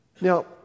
now